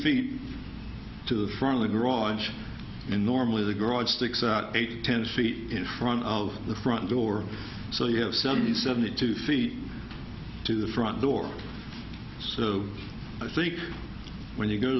feet to the front of the garage in normally the garage six eight ten feet in front of the front door so you have seventy seventy two feet to the front door so i think when you go